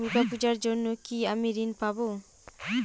দূর্গা পূজার জন্য কি আমি ঋণ পাবো?